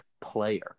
player